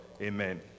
Amen